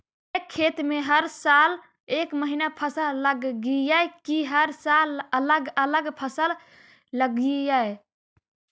एक खेत में हर साल एक महिना फसल लगगियै कि हर साल अलग अलग फसल लगियै?